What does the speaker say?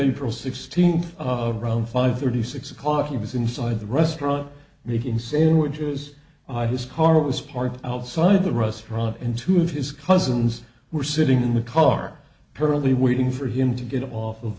april sixteenth of around five thirty six o'clock he was inside the restaurant making sandwiches i his car was parked outside of the restaurant and two of his cousins were sitting in the car pearlie waiting for him to get off of